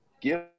give